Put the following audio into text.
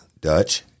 Dutch